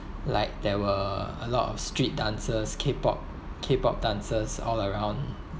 like there were a lot of street dancers K pop K pop dances all around